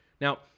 Now